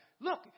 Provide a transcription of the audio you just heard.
look